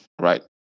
right